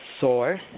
source